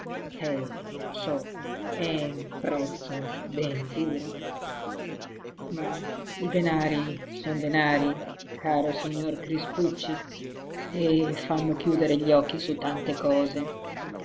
eh lo so è a un prezzo ben duro ma i denari son denari caro crispucci e fanno chiudere gli occhi su tante cose